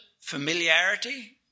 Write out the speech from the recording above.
familiarity